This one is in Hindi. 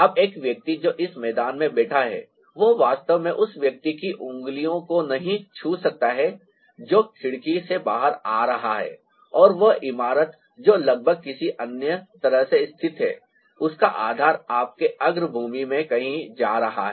अब एक व्यक्ति जो इस मैदान में बैठा है वह वास्तव में उस व्यक्ति की उंगलियों को नहीं छू सकता है जो खिड़की से बाहर आ रहा है और वह इमारत जो लगभग किसी अन्य तरह से स्थित है उसका आधार आपके अग्रभूमि में कहीं आ रहा है